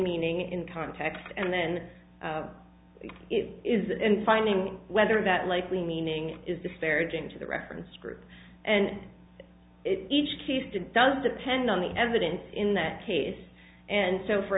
meaning in context and then it is in finding whether that likely meaning is disparaging to the reference group and each case did does depend on the evidence in that case and so for